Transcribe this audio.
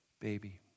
baby